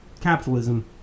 capitalism